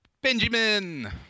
Benjamin